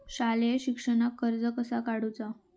शालेय शिक्षणाक कर्ज कसा काढूचा?